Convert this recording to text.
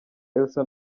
elsa